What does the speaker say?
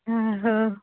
ఆహ